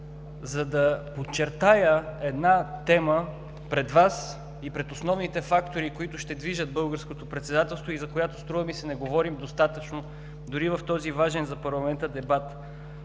за да подчертая една тема пред Вас и пред основните фактори, които ще движат българското председателство и за което, струва ми се, не говорим достатъчно дори в този важен за парламента дебат.